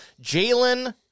Jalen